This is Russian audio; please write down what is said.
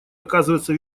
оказывается